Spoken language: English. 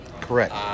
Correct